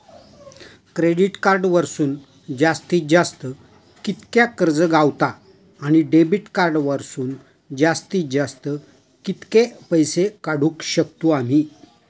Credit card वरसून जास्तीत जास्त कितक्या कर्ज गावता, आणि डेबिट कार्ड वरसून जास्तीत जास्त कितके पैसे काढुक शकतू आम्ही?